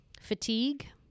fatigue